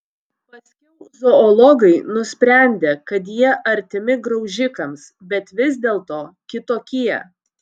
paskiau zoologai nusprendė kad jie artimi graužikams bet vis dėlto kitokie